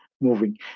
moving